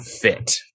fit